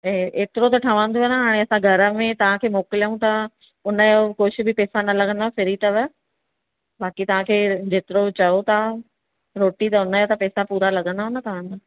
हीअ एतिरो त ठहिंदो न असां घर में तव्हांखे मोकिलिययूं था हुनजो कुझु बि पेसा न लगंदा फ्री अथव बाक़ी तव्हांखे जेतिरो चओ तव्हां रोटी त हुनजा त पैसा पूरा लगंदा न तव्हांखे